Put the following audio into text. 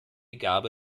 gabe